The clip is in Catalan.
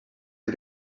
les